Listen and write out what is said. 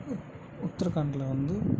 உத் உத்தரகாண்டில் வந்து